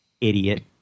Idiot